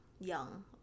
young